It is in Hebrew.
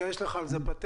יש לך על זה פטנט?